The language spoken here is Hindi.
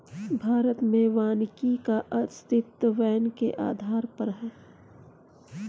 भारत में वानिकी का अस्तित्व वैन के आधार पर है